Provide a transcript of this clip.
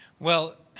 well,